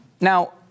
Now